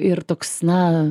ir toks na